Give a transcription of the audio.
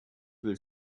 will